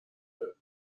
داره